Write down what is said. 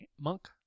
monk